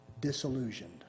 Disillusioned